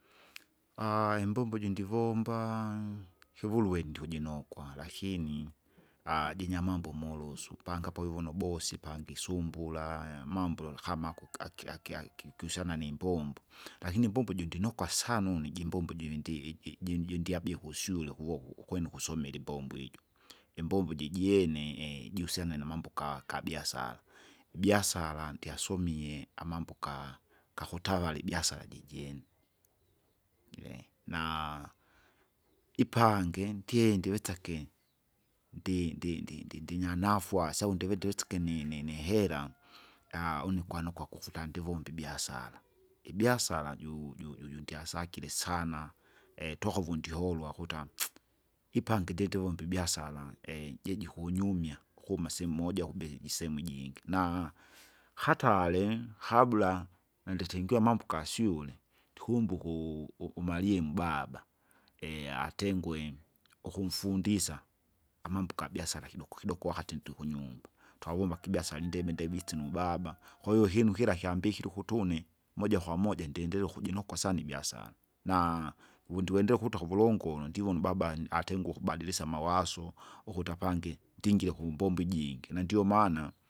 imbombo iji ndivomba, kivuluwe iji ndukujinokwa lakini, jinyamambo molosu, panga poivune ubosi pangisumbulaya mambo lola kama hako aki- aki- akikwisana nimbombo. Lakini imbombo jundinukwa sana une jimbombo jivindi iji- ijini jidyabie kusyule kuvoko ukwene ukusomela imbombo ijo. Imbombo jijiene jusiana namabo ga- gabiasara, ibiasara ndiasomie amambo ga- gakutavale ibiasara jijene, naa ipange ntie ndiwesake, ndi- ndi- ndi- ndinyanafuasi au ndivi ndiwesiki ni- nihera, au nikwane ukwakufuta ndivombe ibiasara. Ibiasara ju- ju- juju ndiasakile sana, toka vundiholwa ukuta ipange ndyetivomba ibiasara jejikunyumya, ukuma sehemu moja ukubiki jisehemu ijingi, na hatare habla, nanditengie amambo gasyule, ndikukumbuku u- umalyimu baba, atengue, ukumfundisa, amambo gabiasara kidoko kidoko wakati ntukunyumba. twavomba kibiasara indeme ndeme itsi nubaba, kwahiyo ihinu kira kyambikire ukuti une moja kwamoja ndiendelee ukujinokwa sana ibiasara. Na uvundi kwendelea ukuto kuvulongolo ndivo umbabani atingi ukubadilisya amawaso, ukuti apangi ndingile kumbombo ijingi, na ndiomaana.